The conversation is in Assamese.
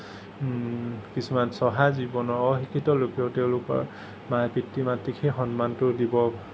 কিছুমান চহা জীৱনৰ অশিক্ষিত লোকেও তেওঁলোকৰ মানে পিতৃ মাতৃক সেই সন্মানটো দিব